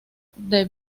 the